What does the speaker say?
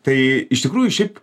tai iš tikrųjų šiaip